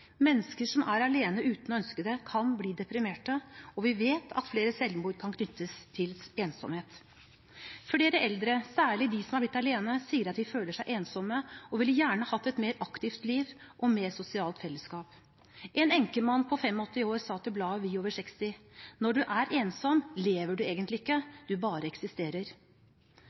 Mennesker som er alene uten å ønske det, kan bli deprimerte, og vi vet at flere selvmord kan knyttes til ensomhet. Flere eldre – særlig de som har blitt alene – sier at de føler seg ensomme og ville gjerne hatt et mer aktivt liv og mer sosialt fellesskap. En enkemann på 85 år sa til bladet Vi over 60: Når du er ensom, lever du egentlig ikke,